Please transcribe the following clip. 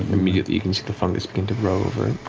immediately, you can see the fungus begin to grow over it.